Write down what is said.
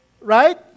Right